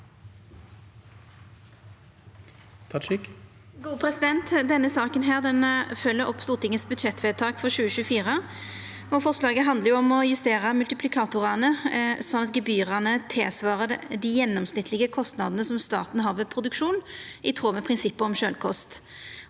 (A) Denne saka følgjer opp Stortingets budsjettvedtak for 2024. Forslaget handlar om å justera multiplikatorane sånn at gebyra svarar til dei gjennomsnittlege kostnadene staten har til produksjon, i tråd med prinsippet om sjølvkost.